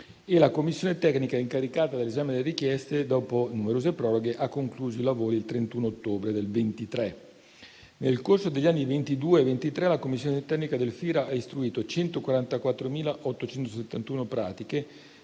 la Commissione tecnica incaricata dell'esame delle richieste, dopo numerose proroghe, ha concluso i lavori il 31 ottobre del 2023. Nel corso degli anni 2022 e 2023, la Commissione tecnica del FIR ha istruito 144.871 pratiche,